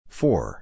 four